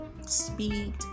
speed